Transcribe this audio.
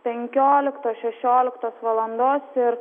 penkioliktos šešioliktos valandos ir